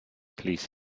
police